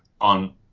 on